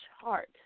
chart